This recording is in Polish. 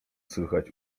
słychać